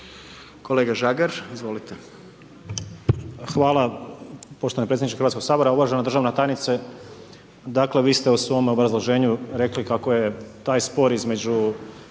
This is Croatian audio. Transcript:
Kolega Žagar, izvolite.